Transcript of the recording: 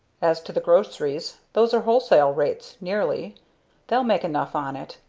as to the groceries, those are wholesale rates, nearly they'll make enough on it.